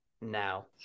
now